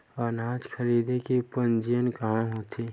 अनाज खरीदे के पंजीयन कहां होथे?